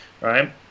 right